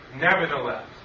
Nevertheless